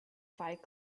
fight